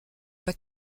pas